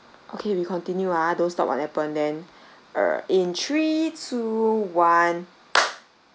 okay we continue ah don't stop what happen then uh in three two one